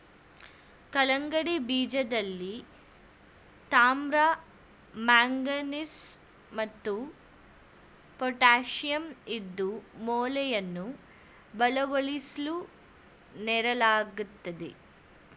ಕಲ್ಲಂಗಡಿ ಬೀಜದಲ್ಲಿ ತಾಮ್ರ ಮ್ಯಾಂಗನೀಸ್ ಮತ್ತು ಪೊಟ್ಯಾಶಿಯಂ ಇದ್ದು ಮೂಳೆಯನ್ನ ಬಲಗೊಳಿಸ್ಲು ನೆರವಾಗ್ತದೆ